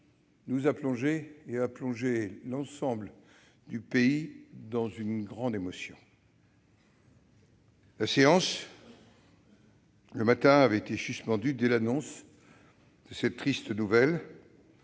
nous a plongés, a plongé l'ensemble du pays, dans une grande émotion. La séance, ce matin-là, a été suspendue dès l'annonce de cette triste nouvelle.